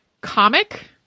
comic